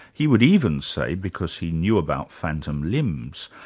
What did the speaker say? he would even say, because he knew about phantom limbs,